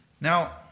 Now